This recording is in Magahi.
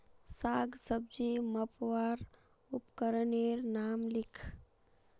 साग सब्जी मपवार उपकरनेर नाम लिख?